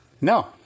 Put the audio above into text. No